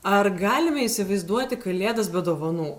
ar galime įsivaizduoti kalėdas be dovanų